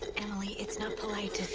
emily, it's not polite